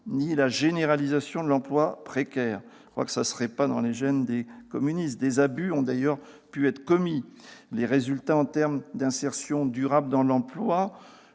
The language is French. ni la généralisation de l'emploi précaire- ce ne serait pas dans les gènes des communistes. Des abus ont pu être commis, les résultats en termes d'insertion durable dans l'emploi